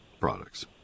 products